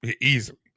Easily